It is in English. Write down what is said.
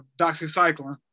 doxycycline